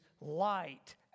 light